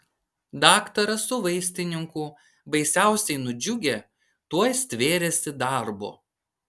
daktaras su vaistininku baisiausiai nudžiugę tuoj stvėrėsi darbo